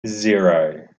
zero